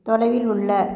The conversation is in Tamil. தொலைவில் உள்ள